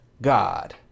God